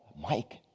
Mike